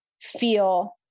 feel